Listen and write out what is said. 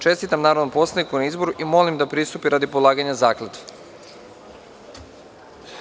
Čestitam narodnom poslaniku na izboru i molim da pristupi radi polaganja zakletve.